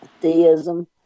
Theism